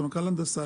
סמנכ"ל הנדסה,